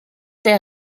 der